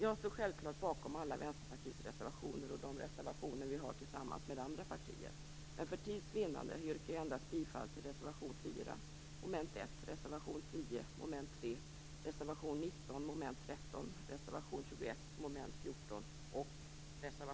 Jag står självklart bakom alla Vänsterpartiets reservationer och de reservationer som vi har tillsammans med andra partier, men för tids vinnande yrkar jag endast bifall till reservationerna nr 4